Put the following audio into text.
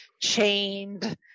chained